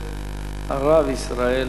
אל-בַּשַר."